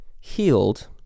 healed